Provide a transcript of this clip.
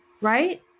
Right